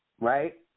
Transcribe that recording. right